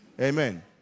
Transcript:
amen